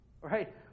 right